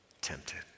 tempted